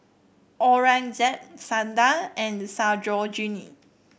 Aurangzeb Sundar and Sarojini